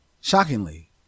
Shockingly